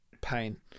pain